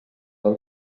del